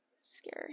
Scary